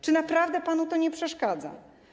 Czy naprawdę panu to nie przeszkadza?